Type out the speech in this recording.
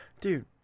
dude